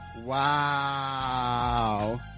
Wow